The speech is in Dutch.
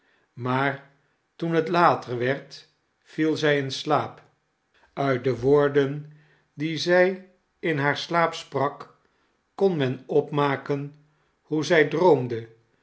maar toen het later werd viel zij in slaap uit de woorden die zij in haar slaap sp'rak kon men opmaken hoe zij droomde